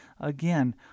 again